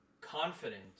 confident